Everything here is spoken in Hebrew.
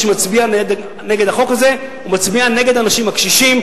מי שמצביע בעד החוק הזה מצביע נגד האנשים הקשישים,